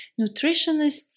nutritionists